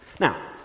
Now